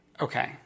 Okay